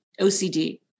OCD